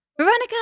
Veronica